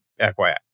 FYI